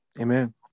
Amen